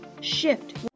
Shift